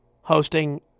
hosting